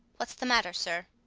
what's the matter, sir?